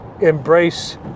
embrace